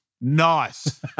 Nice